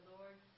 Lord